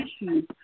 issues